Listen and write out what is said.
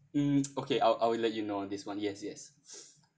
mm okay I'll let you know this one yes yes